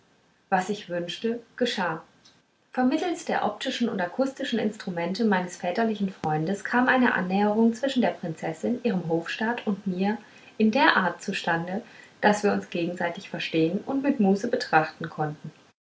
was ich wünschte geschah vermittelst der optischen und akustischen instrumente meines väterlichen freundes kam eine annäherung zwischen der prinzessin ihrem hofstaat und mir in der art zustande daß wir uns gegenseitig verstehen und mit muße betrachten konnten